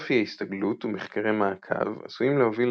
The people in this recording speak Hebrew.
אופי ההסתגלות ומחקרי מעקב עשויים להוביל